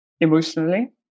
emotionally